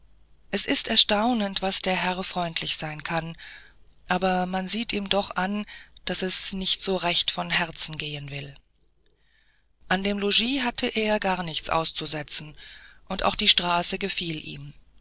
es ist erstaunend was der herr freundlich sein kann aber man sieht ihm doch an daß es nicht so recht von herzen gehen will an dem logis hatte er gar nichts auszusetzen und auch die straße gefiel ihm